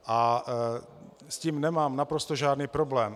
S tím nemám naprosto žádný problém.